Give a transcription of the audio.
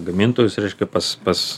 gamintojus reiškia pas pas